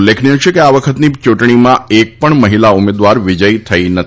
ઉલ્લેખનીય છે કે આ વખતની યૂંટણીમાં એક પણ મહિલા ઉમેદવાર વિજયી થઈ નથી